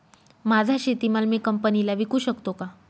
माझा शेतीमाल मी कंपनीला विकू शकतो का?